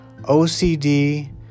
OCD